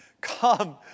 come